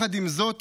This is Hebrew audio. יחד עם זאת,